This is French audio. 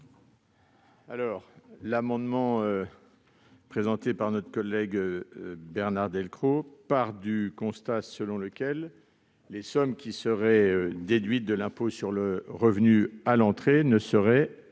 ? L'amendement présenté par notre collègue Bernard Delcros part d'un postulat, selon lequel les sommes qui seraient déduites de l'impôt sur le revenu à l'entrée ne seraient